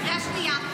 קריאה שנייה,